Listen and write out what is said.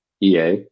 EA